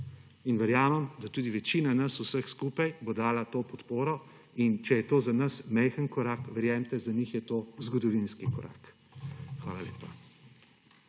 Verjamem, da tudi večina nas vseh skupaj bo dala to podporo in če je to za nas majhen korak, verjemite, za njih je to zgodovinski korak. Hvala lepa.